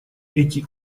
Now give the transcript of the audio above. эти